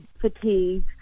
Fatigue